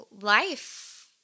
Life